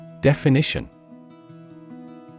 Definition